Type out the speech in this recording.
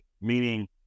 Meaning